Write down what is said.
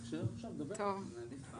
תכף היא תגיד.